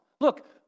Look